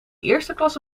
eersteklas